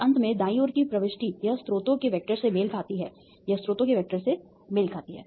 और अंत में दाईं ओर की प्रविष्टि यह स्रोतों के वेक्टर से मेल खाती है यह स्रोतों के वेक्टर से मेल खाती है